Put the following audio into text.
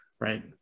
right